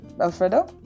Alfredo